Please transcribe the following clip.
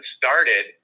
started